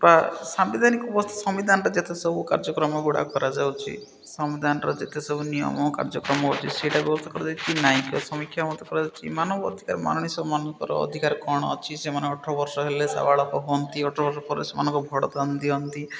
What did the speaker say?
ବା ସାମ୍ବିଧାନିକ ବ୍ୟବସ୍ଥା ସମ୍ବିଧାନର ଯେତେ ସବୁ କାର୍ଯ୍ୟକ୍ରମଗୁଡ଼ା କରାଯାଉଛି ସମ୍ବିଧାନର ଯେତେ ସବୁ ନିୟମ କାର୍ଯ୍ୟକ୍ରମ ଅଛି ସେଇଟା କରାଯାଇଛି ନ୍ୟାୟୀକ ସମୀକ୍ଷା ମଧ୍ୟ କରାଯାଉଛି ମାନବ ଅଧିକାର ମାନଙ୍କର ଅଧିକାର କ'ଣ ଅଛି ସେମାନେ ଅଠ ବର୍ଷ ହେଲେ ସାବାଳକ ହୁଅନ୍ତି ଅଠର ବର୍ଷ ପରେ ସେମାନଙ୍କ ଭୋଟ୍ ଦାନ ଦିଅନ୍ତି